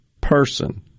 person